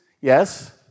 yes